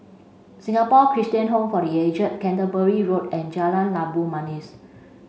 Singapore Christian Home for The Aged Canterbury Road and Jalan Labu Manis